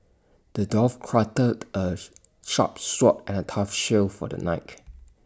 the dwarf crafted A sharp sword and A tough shield for the knight